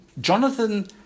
Jonathan